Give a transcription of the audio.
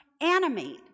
animate